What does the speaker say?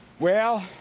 well,